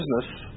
business